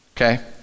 okay